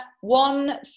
One